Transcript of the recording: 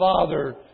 father